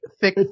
thick